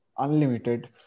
unlimited